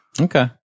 Okay